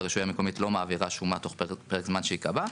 הרישוי המקומית לא מעבירה שומה בפרק הזמן שהיא קבעה.